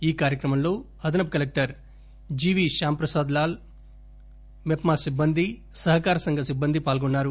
ఈ కార్యక్రమంలో అదనపు కలెక్షర్ జివి శ్యామ్ ప్రసాద్ లాల్ మెప్మా సిబ్బంది సహకార సంఘ సిబ్బంది పాల్గొన్నారు